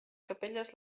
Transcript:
capelles